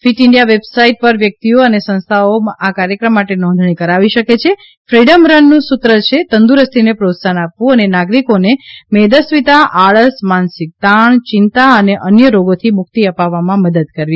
fit India website પર વ્યક્તિઓ અને સંસ્થાઓ આ કાર્યક્રમ માટે નોંધણી કરાવી શકે છે ફીડમ રન નું સૂત્ર છે તંદુરસ્તીને પ્રોત્સાહન આપવું અને નાગરિકોને મેદસ્વીતા આળસ માનસિક તાણ ચિંતા અને અન્ય રોગોથી મુક્તિ અપાવવામાં મદદ કરવી